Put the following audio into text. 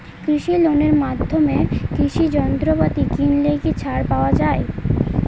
কৃষি লোনের মাধ্যমে কৃষি যন্ত্রপাতি কিনলে কি ছাড় পাওয়া যায়?